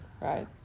right